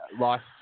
lost